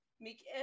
make